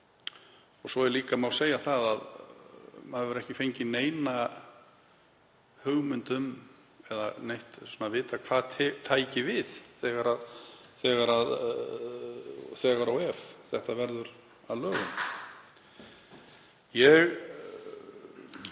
Svo má líka segja að maður hefur ekki fengið neina hugmynd um eða neitt að vita hvað tæki við þegar og ef þetta verður að lögum. Ég